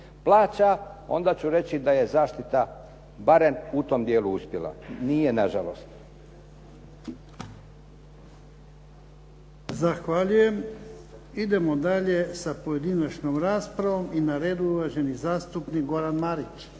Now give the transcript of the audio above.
plaća, onda ću reći da je zaštita barem u tom dijelu uspjela. Nije nažalost. **Jarnjak, Ivan (HDZ)** Zahvaljujem. Idemo dalje sa pojedinačnom raspravom. Na redu je uvaženi zastupnik Goran Marić.